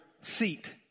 seat